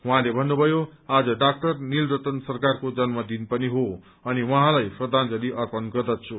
उहाँले भन्नुभयो आज डाक्टर नीलरतन सरकारको जन्म दिन पनि हो अनि उहाँलाई श्रद्धांजलि अर्पण गर्दछु